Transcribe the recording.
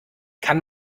kann